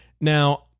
Now